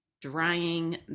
drying